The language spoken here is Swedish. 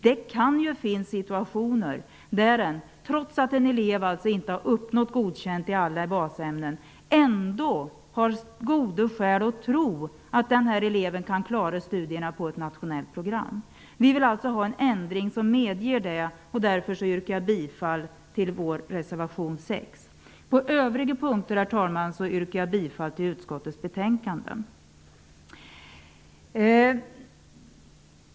Det kan ju finnas situationer där man, trots att en elev inte har uppnått godkänt i alla basämnen, ändå har goda skäl att tro att denna elev kan klara studierna på ett nationellt program. Vi vill alltså få till stånd en ändring som medger detta, och därför yrkar jag bifall till reservation 6. På övriga punkter yrkar jag bifall till utskottets hemställan.